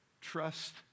trust